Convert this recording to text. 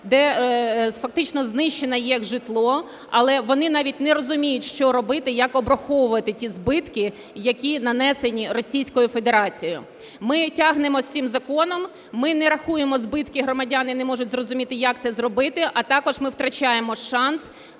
де фактично знищене їх житло, але вони навіть не розуміють, що робити, як обраховувати ті збитки, які нанесені Російською Федерацією. Ми тягнемо з цим законом. Ми не рахуємо збитки, громадяни не можуть зрозуміти, як це зробити, а також ми втрачаємо шанс